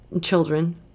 children